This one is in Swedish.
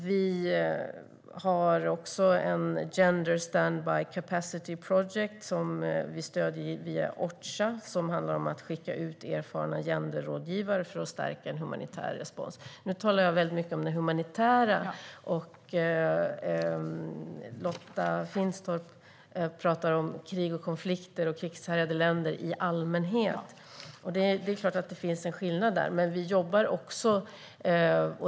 Vi har också ett Gender standby capacity project som vi stöder via Orcha. Det handlar om att skicka ut erfarna genderrådgivare för att stärka humanitär respons. Nu talar jag väldigt mycket om de humanitära insatserna. Lotta Finstorp talade om krig, konflikter och krigshärjade länder i allmänhet. Det är klart att det där finns en skillnad.